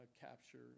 capture